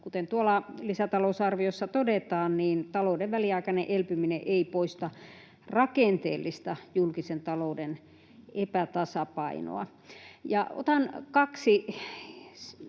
Kuten tuolla lisätalousarviossa todetaan, talouden väliaikainen elpyminen ei poista rakenteellista julkisen talouden epätasapainoa. Otan kaksi